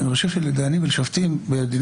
כי אני חושב שלדיינים ולשופטים בדיני